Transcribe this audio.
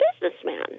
businessman